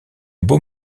beau